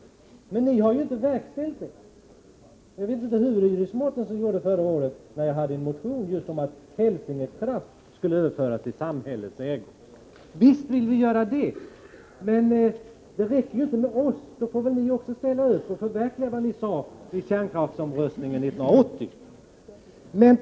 Men ni har ju inte verkställt det. Jag vet inte hur Iris Mårtensson gjorde förra året när vi behandlade min motion om att Helsingekraft skulle överföras i samhällets ägo. Visst vill vi göra det, säger Iris Mårtensson. Men det räcker ju inte med ord, utan ni måste också ställa upp och förverkliga vad ni sade i samband med kärnkraftsomröstningen 1980.